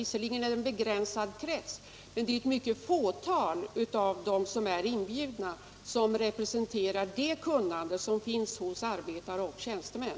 Visserligen är det en begränsad krets, men det är ett mycket litet fåtal av de inbjudna som representerar det kunnande som finns hos arbetare och tjänstemän.